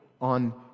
on